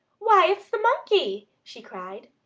why, it's the monkey! she cried.